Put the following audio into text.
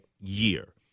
year